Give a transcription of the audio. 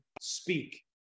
speak